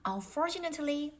Unfortunately